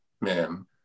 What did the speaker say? man